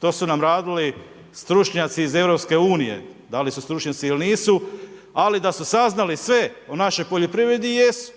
to su nam radili stručnjaci iz EU-a, da li su stručnjaci ili nisu, ali da su saznali sve o našoj poljoprivredi, jesu.